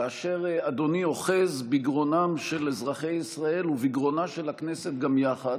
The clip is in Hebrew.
כאשר אדוני אוחז בגרונם של אזרחי ישראל ובגרונה של הכנסת גם יחד